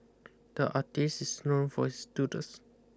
the artist is known for his doodles